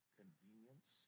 convenience